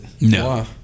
No